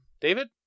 david